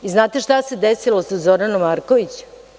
I, znate šta se desilo sa Zoranom Marković?